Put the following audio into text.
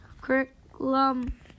curriculum